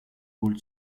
would